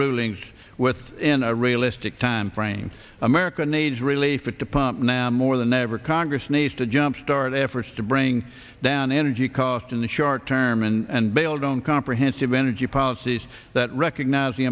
ruling with in a realistic time frame america needs relief at the pump now more than ever congress needs to jumpstart efforts to bring down energy cost in the short term and bailed on comprehensive energy policies that recognize the